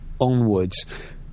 onwards